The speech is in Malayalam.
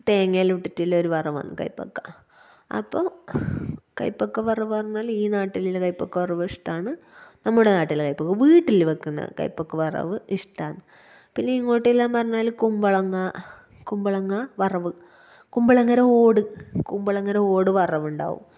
തേങ്ങയിലോട്ടിട്ടുള്ളൊര് വറവാണ് കയ്പ്പയ്ക്ക അപ്പം കയ്പ്പയ്ക്ക വറവ് എന്ന് പറഞ്ഞാല് ഈ നാട്ടിലുള്ള കയിപ്പക്കാ വറവ് ഇഷ്ടമാണ് നമ്മുടെ നാട്ടിലെ കയ്പ്പക്ക വീട്ടില് വെക്കുന്ന കയ്പ്പക്ക വറവ് ഇഷ്ടമാണ് പിന്നെയിങ്ങോട്ടെല്ലാം പറഞ്ഞാല് കുമ്പളങ്ങ കുമ്പളങ്ങ വറവ് കുമ്പളങ്ങേടെ ഓട് കുമ്പളങ്ങേടെ ഓട് വറവുണ്ടാവും